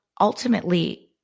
ultimately